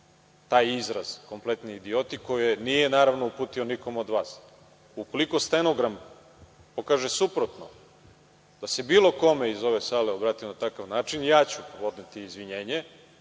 taj izraz „kompletni idioti“ koje nije naravno uputio nikom od vas. Ukoliko stenogram pokaže suprotno, da se bilo kome iz ove sale obratim na takav način ja ću podneti izvinjenje.